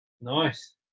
Nice